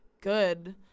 good